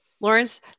Lawrence